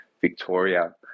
Victoria